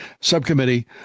subcommittee